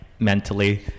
mentally